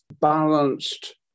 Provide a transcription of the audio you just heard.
balanced